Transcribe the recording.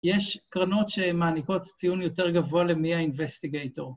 ‫יש קרנות שמעניקות ציון יותר גבוה ‫למי ה-investigator.